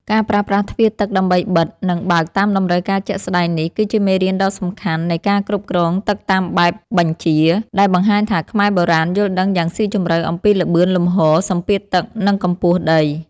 ការប្រើប្រាស់ទ្វារទឹកដើម្បីបិទ និងបើកតាមតម្រូវការជាក់ស្ដែងនេះ គឺជាមេរៀនដ៏សំខាន់នៃ ការគ្រប់គ្រងទឹកតាមបែបបញ្ជា ដែលបង្ហាញថាខ្មែរបុរាណយល់ដឹងយ៉ាងស៊ីជម្រៅអំពីល្បឿនលំហូរ សម្ពាធទឹក និងកម្ពស់ដី។